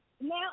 now